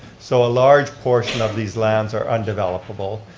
so a large portion of these lands are undevelopable,